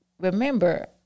remember